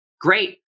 Great